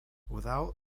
without